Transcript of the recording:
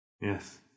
Yes